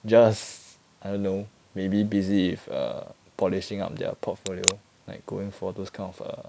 just I don't know maybe busy with err polishing up their portfolio like going for those kind of err